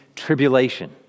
Tribulation